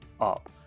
up